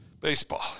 Baseball